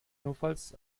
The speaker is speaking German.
notfalls